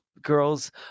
girls